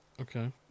Okay